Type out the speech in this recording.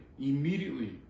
immediately